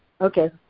Okay